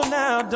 now